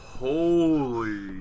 Holy